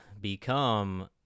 become